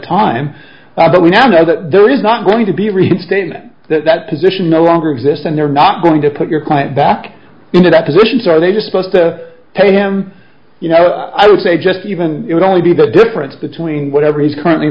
time but we now know that there is not going to be reinstated that that position no longer exists and they're not going to put your client back into that position so they just spoke to him you know i would say just even it would only be the difference between whatever he's currently